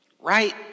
right